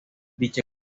dicha